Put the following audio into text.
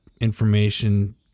information